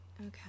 Okay